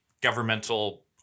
governmental